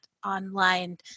online